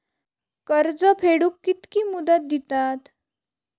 कर्ज फेडूक कित्की मुदत दितात?